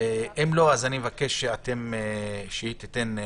אם לא, אני מבקש שהיא תיתן הודעה,